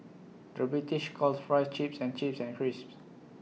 the British calls Fries Chips and chips and crisps